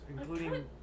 including